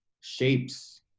shapes